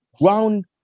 ground